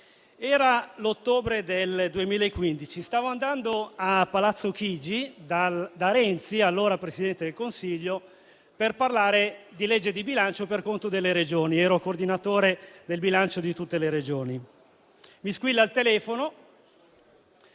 Era l'ottobre del 2015, stavo andando a Palazzo Chigi da Renzi, allora Presidente del Consiglio, per parlare di legge di bilancio per conto delle Regioni (ero coordinatore del bilancio di tutte le Regioni). Squilla il telefono